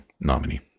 Nominee